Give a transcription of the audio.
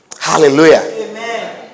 Hallelujah